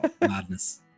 Madness